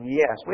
yes